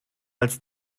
als